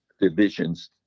divisions